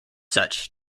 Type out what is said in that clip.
such